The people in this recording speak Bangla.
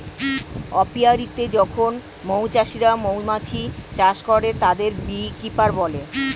অপিয়া রীতে যখন মৌ চাষিরা মৌমাছি চাষ করে, তাদের বী কিপার বলে